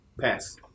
pass